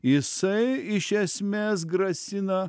jisai iš esmės grasina